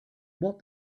what